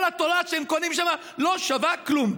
כל התורה שאתם קונים שם לא שווה כלום.